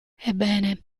ebbene